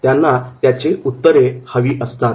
त्यांना त्याची उत्तरे हवी असतात